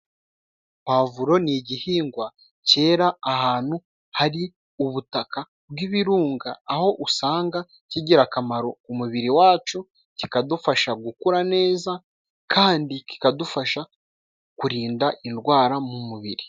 Puwavuro ni igihingwa cyera ahantu hari ubutaka bw'ibirunga, aho usanga kigira akamaro ku mubiri wacu, kikadufasha gukura neza kandi kikadufasha kurinda indwara mu mubiri.